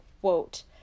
quote